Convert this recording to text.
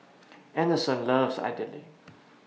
Anderson loves Idili